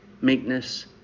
Meekness